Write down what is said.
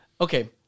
Okay